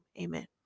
Amen